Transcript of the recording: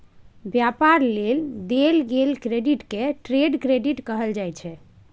व्यापार लेल देल गेल क्रेडिट के ट्रेड क्रेडिट कहल जाइ छै